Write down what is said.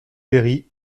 péri